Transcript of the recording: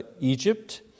Egypt